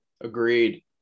Agreed